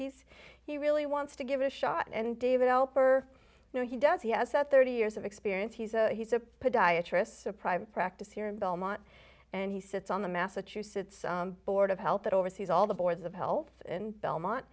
he's he really wants to give it a shot and david help or no he does he has that thirty years of experience he's a he's a podiatrists a private practice here in belmont and he sits on the massachusetts board of health that oversees all the boards of health and belmont